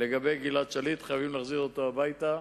לגבי גלעד שליט, חייבים להחזיר אותו הביתה,